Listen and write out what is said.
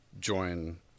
join